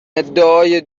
ادعای